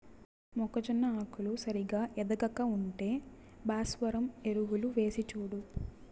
మొక్కజొన్న ఆకులు సరిగా ఎదగక ఉంటే భాస్వరం ఎరువులు వేసిచూడు